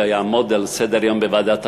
זה יעמוד על סדר-היום בוועדת החינוך.